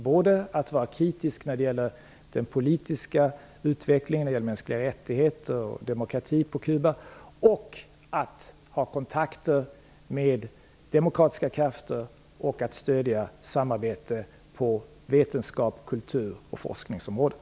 Man bör vara kritiskt i fråga om den politiska utvecklingen när det gäller de mänskliga rättigheterna och demokratin på Kuba och samtidigt ha kontakter med demokratiska krafter och stödja samarbete på vetenskaps-, kultur och forskningsområdet.